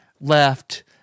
left